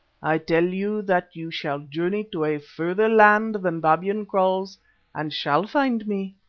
i tell you that you shall journey to a further land than babyan kraals and shall find me.